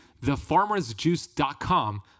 thefarmersjuice.com